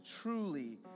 truly